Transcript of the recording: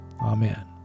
Amen